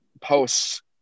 posts